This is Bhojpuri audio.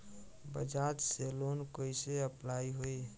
बजाज से लोन कईसे अप्लाई होई?